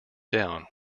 down